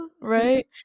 right